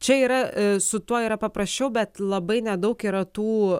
čia yra su tuo yra paprasčiau bet labai nedaug yra tų